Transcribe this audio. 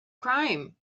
crime